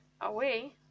away